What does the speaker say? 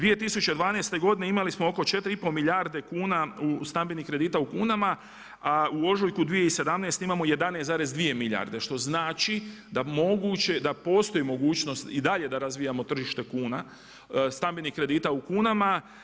2012. godine imali smo oko 4 i pol milijarde kuna stambenih kredita u kunama, a u ožujku 2017. imamo 11,2 milijarde što znači da moguće, da postoji mogućnost i dalje da razvijamo tržište kuna, stambenih kredita u kunama.